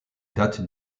date